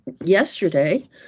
yesterday